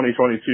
2022